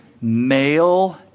male